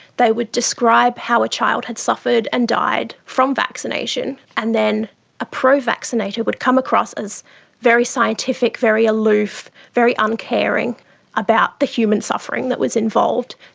they would describe how a child had suffered and died from vaccination, and then a pro-vaccinator would come across as very scientific, very aloof, very uncaring about the human suffering that was involved.